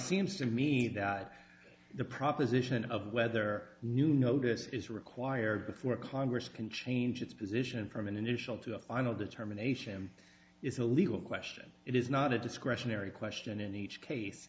seems to me that the proposition of whether new notice is required before congress can change its position from an initial to a final determination is a legal question it is not a discretionary question in each